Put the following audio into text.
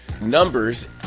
numbers